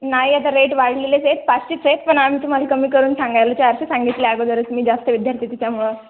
नाही आता रेट वाढलेलेच आहेत पाचशेच आहेत पण आम्ही तुम्हाला कमी करून सांगितले चारशे सांगितले अगोदरच मी जास्त विद्यार्थिच्यामुळं